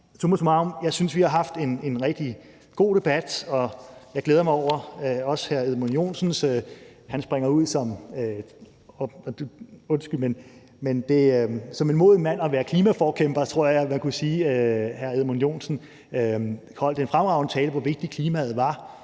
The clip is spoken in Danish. summa summarum, jeg synes, vi har haft en rigtig god debat, og jeg glæder mig også over, at hr. Edmund Joensen som en moden mand springer ud som klimaforkæmper, tror jeg man kunne sige. Hr. Edmund Joensen holdt en fremragende tale om, hvor vigtig klimaet er